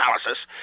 analysis